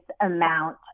amount